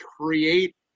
create